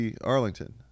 Arlington